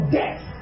death